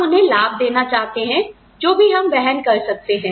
हम उन्हें लाभ देना चाहते हैं जो भी हम वहन कर सकते हैं